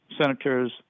senators